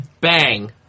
bang